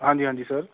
ਹਾਂਜੀ ਹਾਂਜੀ ਸਰ